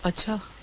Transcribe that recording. ah to